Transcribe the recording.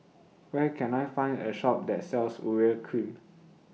Where Can I Find A Shop that sells Urea Cream